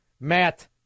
Matt